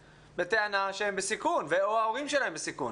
בטענה שהם בסיכון ו/או ההורים שלהם בסיכון?